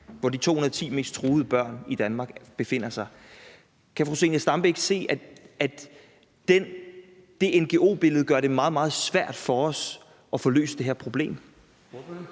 hvor de 210 mest truede børn i Danmark befinder sig. Kan fru Zenia Stampe ikke se, at det ngo-billede gør det meget, meget svært for os at få løst det her problem?